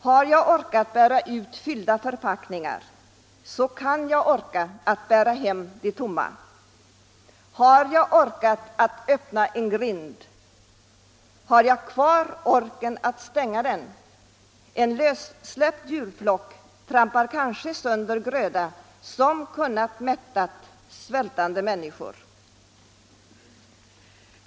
Har jag orkat bära ut fyllda förpackningar, orkar jag bära hem de tomma. Har jag öppnat en grind, kan jag även stänga den. En lössläppt djurflock trampar kanske sönder gröda, som kunde ha mättat svältande människor.